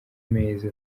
mezi